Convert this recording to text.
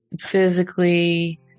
physically